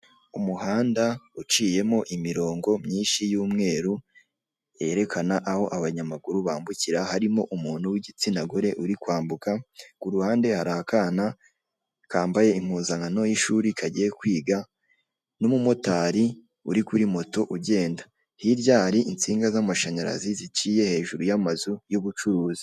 Umuhanda uciyemo imirongo myinshi y'umweru yerekana aho abanyamaguru bambukira harimo umuntu w'igitsina gore uri kwambuka, ku ruhande hari akana kambaye impuzankano y'ishuri kagiye kwiga n'umumotari uri kuri moto ugenda, hirya hari insinga z'amashanyarazi ziciye hejuru y'amazu y'ubucuruzi.